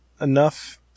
enough